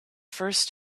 first